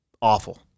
awful